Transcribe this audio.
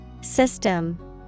System